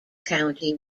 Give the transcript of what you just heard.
county